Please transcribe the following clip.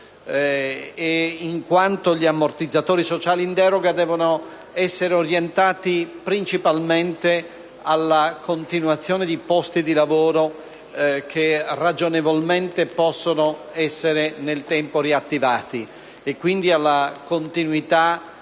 in quanto gli ammortizzatori sociali in deroga devono essere orientati principalmente alla continuazione di posti di lavoro che ragionevolmente possono essere nel tempo riattivati e, quindi, alla continuità